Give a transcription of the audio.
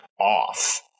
off